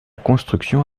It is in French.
construction